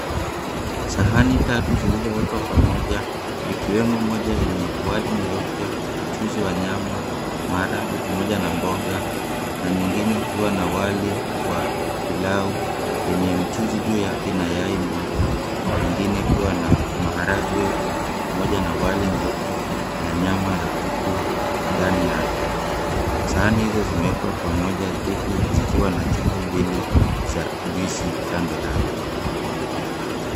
Sahani tatu zilizowekwa pamoja ikiwemo moja yenye wali nyeupe, mchuzi wa nyama, maharagwe pamoja na mboga na nyingine ikiwa na wali wa pilau yenye mchuzi juu yake na yai moja. Nyingine ikiwa na maharagwe pamoja na wali nyeupe na nyama ya kuku ndani yake. Sahani hizo zimewekwa pamoja huku zikiwa na chupa mbili za juisi kando yao.